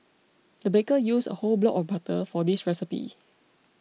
the baker used a whole block of butter for this recipe